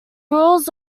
rules